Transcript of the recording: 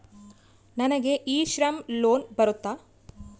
ನನಗೆ e Shram loan ಬರುತ್ತಾ?